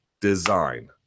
design